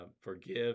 forgive